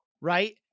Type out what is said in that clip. Right